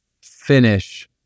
finish